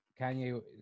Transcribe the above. Kanye